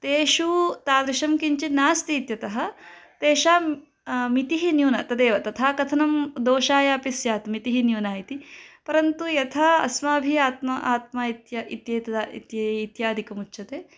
तेषु तादृशं किञ्चित् नास्ति इत्यतः तेषां मितिः न्यूना तदेव तथा कथनं दोषाय अपि स्यात् मितिः न्यूना इति परन्तु यथा अस्माभिः आत्मा आत्मा इत्यपि इत्येतत् इत्येतत् इत्यादिकमुच्यते